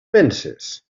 penses